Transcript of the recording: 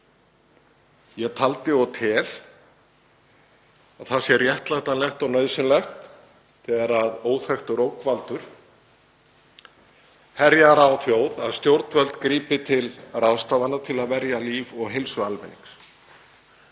Ég taldi og tel að það sé réttlætanlegt og nauðsynlegt þegar óþekktur ógnvaldur herjar á þjóð að stjórnvöld grípi til ráðstafana til að verja líf og heilsu almennings,